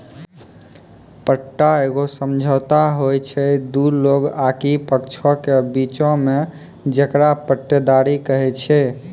पट्टा एगो समझौता होय छै दु लोगो आकि पक्षों के बीचो मे जेकरा पट्टेदारी कही छै